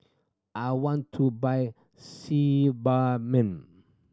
I want to buy Sebamed